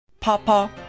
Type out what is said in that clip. Papa